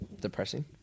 Depressing